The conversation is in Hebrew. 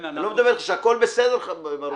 כמה חודשים לפחות.